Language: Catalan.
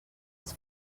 els